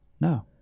no